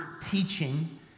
teaching